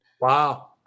Wow